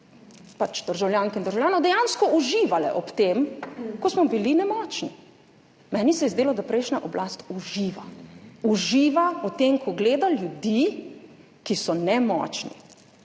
nas državljank in državljanov, dejansko uživale ob tem, ko smo bili nemočni. Meni se je zdelo, da prejšnja oblast uživa. Uživa v tem, ko gleda ljudi, ki so nemočni.